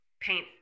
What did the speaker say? paint